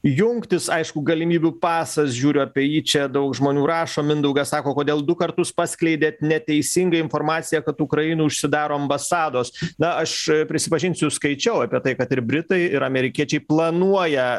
jungtis aišku galimybių pasas žiūriu apie jį čia daug žmonių rašo mindaugas sako kodėl du kartus paskleidėt neteisingą informaciją kad ukrainoj užsidaro ambasados na aš prisipažinsiu skaičiau apie tai kad ir britai ir amerikiečiai planuoja